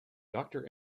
doctor